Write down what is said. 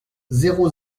zéro